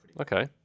Okay